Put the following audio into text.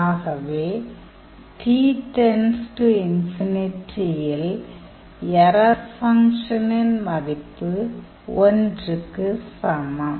ஆகவே t →∞ யில் error ஃபங்க்ஷனின் மதிப்பு 1 க்கு சமம்